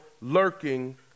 lurking